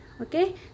okay